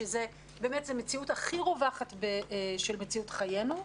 שזו מציאות הכי רווחת במציאות חיינו,